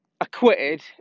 acquitted